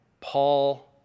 Paul